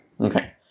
okay